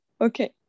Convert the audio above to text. Okay